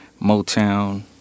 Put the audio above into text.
Motown